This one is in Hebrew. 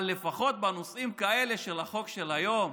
אבל לפחות בנושאים כאלה, של החוק של היום,